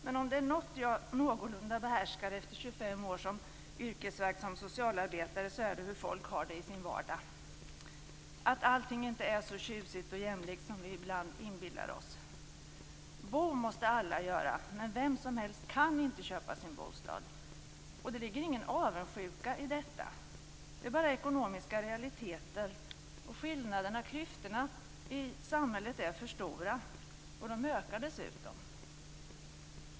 Men om det är något som jag behärskar någorlunda efter 25 år som yrkesverksam socialarbetare är det hur folk har det i sin vardag, att allting inte är så tjusigt och jämlikt som vi ibland inbillar oss. Bo måste alla göra, men vem som helst kan inte köpa sin bostad. Det ligger ingen avundsjuka i detta. Det är bara ekonomiska realiteter. Skillnaderna - klyftorna - i samhället är för stora, och de ökar dessutom.